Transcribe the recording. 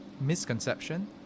misconception